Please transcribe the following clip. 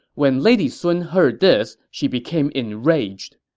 when lady sun heard this, she became enraged.